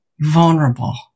vulnerable